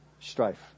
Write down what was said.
Strife